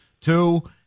Two